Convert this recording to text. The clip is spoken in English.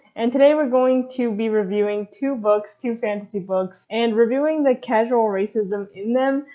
and today we're going to be reviewing two books, two fantasy books, and reviewing the casual racism in them,